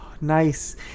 Nice